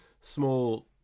small